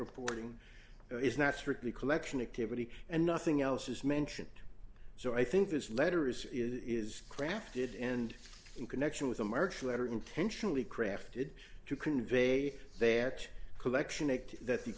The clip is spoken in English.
reporting is not strictly collection activity and nothing else is mentioned so i think this letter is is crafted and in connection with a march letter intentionally crafted to convey a batch collection aked that th